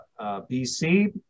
BC